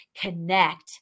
connect